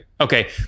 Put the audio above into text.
Okay